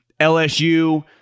LSU